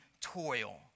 toil